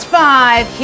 five